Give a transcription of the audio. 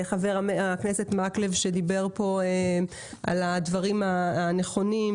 חבר הכנסת מקלב שדיבר פה על הדברים הנכונים,